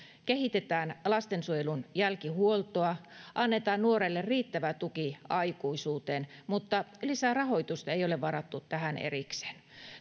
kehitetään lastensuojelun jälkihuoltoa annetaan nuorelle riittävä tuki matkalla aikuisuuteen mutta lisää rahoitusta ei ole varattu tähän erikseen